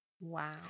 Wow